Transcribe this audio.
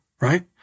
right